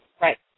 Right